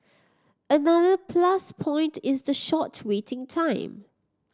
another plus point is the short waiting time